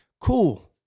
cool